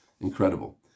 Incredible